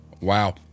wow